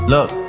Look